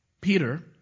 Peter